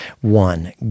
One